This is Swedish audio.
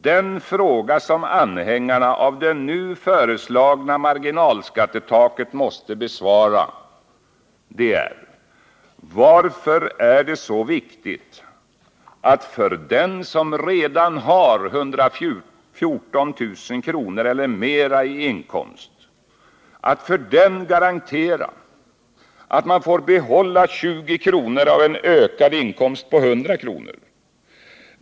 Den fråga som anhängarna av det nu föreslagna marginalskattetaket därför måste besvara är: Varför är det så viktigt att för den som redan har 114 000 kr. eller mera i inkomst garantera att vederbörande får behålla 20 kr. av en ökad inkomst på 100 kr.